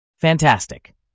Fantastic